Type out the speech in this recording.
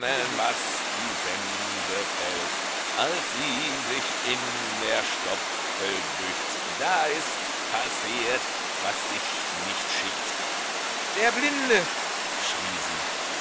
was die sense fällt als sie sich in der stoppel bückt da ist passiert was sich nicht schickt der blinde schrie sie